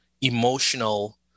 emotional